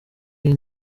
iyi